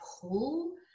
pull